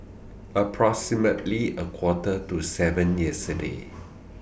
approximately A Quarter to seven yesterday